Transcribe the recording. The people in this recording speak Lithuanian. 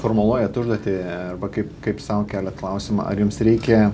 formuluojat užduotį arba kaip kaip sau keliat klausimą ar jums reikia